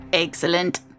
Excellent